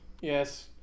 Yes